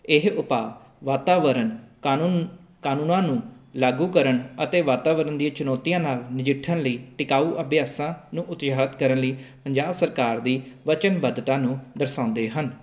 ਇਹ ਉਪਾਅ ਵਾਤਾਵਰਨ ਕਾਨੂੰਨ ਕਾਨੂੰਨਾਂ ਨੂੰ ਲਾਗੂ ਕਰਨ ਅਤੇ ਵਾਤਾਵਰਨ ਦੀਆਂ ਚੁਣੌਤੀਆਂ ਨਾਲ ਨਜਿੱਠਣ ਲਈ ਟਿਕਾਊ ਅਭਿਆਸਾਂ ਨੂੰ ਉਤਸਾਹਿਤ ਕਰਨ ਲਈ ਪੰਜਾਬ ਸਰਕਾਰ ਦੀ ਵਚਨਬੱਧਤਾ ਨੂੰ ਦਰਸਾਉਂਦੇ ਹਨ